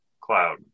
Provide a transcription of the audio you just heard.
cloud